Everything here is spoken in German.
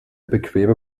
bequeme